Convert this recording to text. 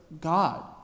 God